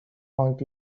haunt